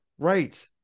right